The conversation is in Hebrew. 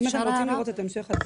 אם אתם רוצים לראות את המשך התהליך.